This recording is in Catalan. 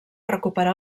recuperar